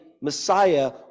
Messiah